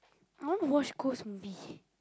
I want to watch ghost movie